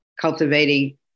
Cultivating